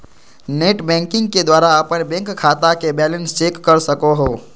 net banking के द्वारा अपन बैंक खाता के बैलेंस चेक कर सको हो